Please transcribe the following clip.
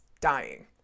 dying